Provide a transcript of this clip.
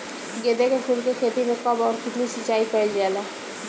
गेदे के फूल के खेती मे कब अउर कितनी सिचाई कइल जाला?